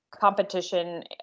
competition